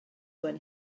when